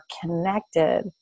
connected